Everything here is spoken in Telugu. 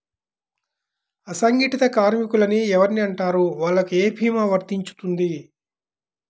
అసంగటిత కార్మికులు అని ఎవరిని అంటారు? వాళ్లకు ఏ భీమా వర్తించుతుంది?